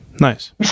Nice